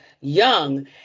young